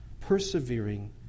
persevering